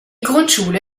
grundschule